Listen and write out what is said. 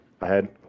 ahead